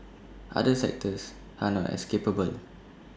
other sectors are not as capably